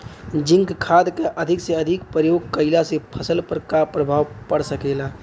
Zinc खाद क अधिक से अधिक प्रयोग कइला से फसल पर का प्रभाव पड़ सकेला?